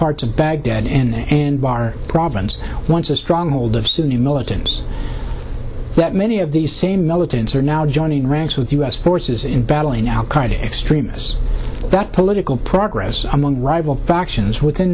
parts of baghdad in anbar province once a stronghold of sunni militants that many of these same militants are now joining ranks with u s forces in battling al qaida extremists that political progress among rival factions within